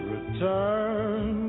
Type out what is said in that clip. Return